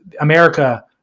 America